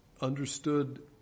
understood